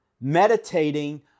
meditating